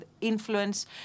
influence